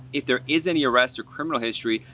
if there is any arrests or criminal history,